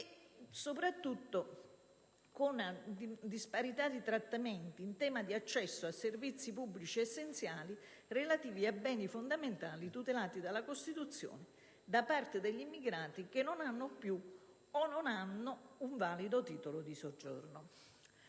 soprattutto in una disparità di trattamento in tema di accesso a servizi pubblici essenziali relativi a beni fondamentali tutelati dalla Costituzione da parte degli immigrati che non hanno o non hanno più un valido titolo di soggiorno.